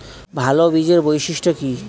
ভাল বীজের বৈশিষ্ট্য কী?